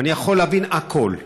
ואני יכול להבין הכול.